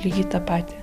lygiai tą patį